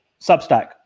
Substack